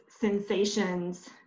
sensations